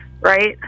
right